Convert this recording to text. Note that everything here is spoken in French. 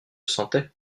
sentait